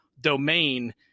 domain